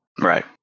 Right